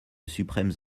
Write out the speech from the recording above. suprêmes